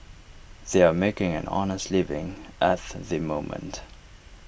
they are making an honest living at the moment